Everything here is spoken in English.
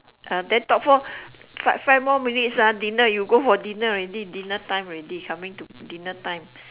ah then talk for five five more minutes ah dinner you go for dinner already dinner time already coming to dinner time